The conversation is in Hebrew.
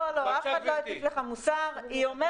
אף אחד לא הטיף לך מוסר -- תמי,